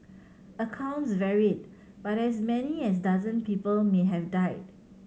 accounts varied but as many as dozen people may have died